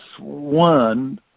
one